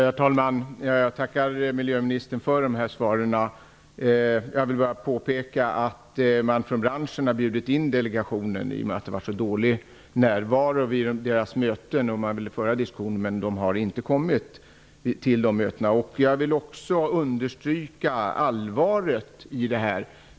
Herr talman! Jag tackar miljöministern för svaren. Jag vill bara påpeka att man från branschen bjudit in delegationen eftersom det var så dålig närvaro vid tidigare möten. Man ville föra en diskussion, men delegationen har inte kommit till mötena. Jag vill också understryka allvaret i det här.